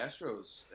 Astros